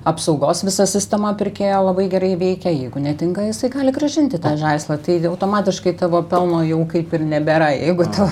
apsaugos visa sistema pirkėjo labai gerai veikia jeigu netinka jisai gali grąžinti tą žaislą tai automatiškai tavo pelno jau kaip ir nebėra jeigu tu